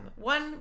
one